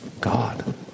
God